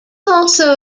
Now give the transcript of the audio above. also